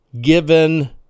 given